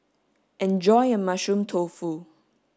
enjoy your mushroom tofu